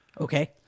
Okay